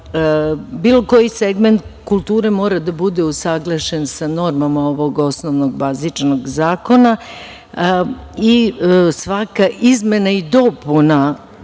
bilo koji segment kulture mora da bude usaglašen sa normama ovog osnovnog, bazičnog zakona. Svaka izmena i dopuna